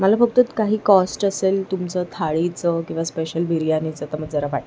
मला फक्त काही कॉस्ट असेल तुमचं थाळीचं किंवा स्पेशल बिर्याणीचं तर मग जरा पाठवा